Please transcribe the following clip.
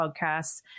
Podcasts